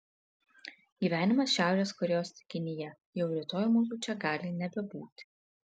gyvenimas šiaurės korėjos taikinyje jau rytoj mūsų čia gali nebebūti